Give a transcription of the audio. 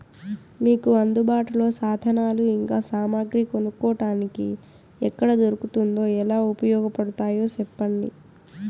మీకు అందుబాటులో సాధనాలు ఇంకా సామగ్రి కొనుక్కోటానికి ఎక్కడ దొరుకుతుందో ఎలా ఉపయోగపడుతాయో సెప్పండి?